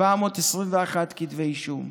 721 כתבי אישום,